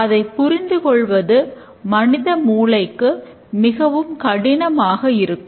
இதைப் புரிந்துகொள்வது மனித மூளைக்கு மிகவும் கடினமாக இருக்கும்